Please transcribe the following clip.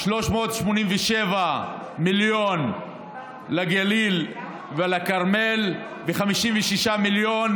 387 מיליון לגליל ולכרמל ו-56 מיליון